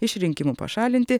iš rinkimų pašalinti